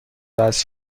وصل